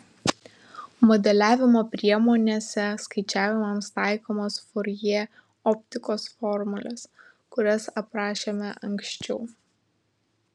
modeliavimo priemonėse skaičiavimams taikomos furjė optikos formulės kurias aprašėme anksčiau